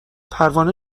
پروانه